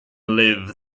live